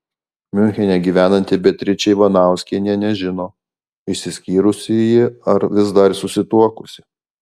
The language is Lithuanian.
miunchene gyvenanti beatričė ivanauskienė nežino išsiskyrusi ji ar vis dar susituokusi